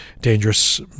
dangerous